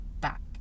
back